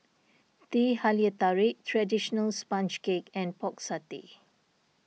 Teh Halia Tarik Traditional Sponge Cake and Pork Satay